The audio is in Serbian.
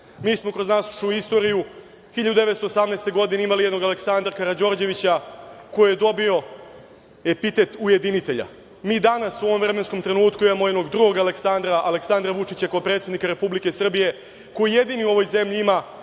mi smo kroz našu istoriju 1918. godine imali jednog Aleksandra Karađorđevića koji je dobio epitet „ujedinitelja“. Mi danas u ovom vremenskom trenutku imamo jednog drugog Aleksandra Vučića kao predsednika Republike Srbije koji je jedini u ovoj zemlji ima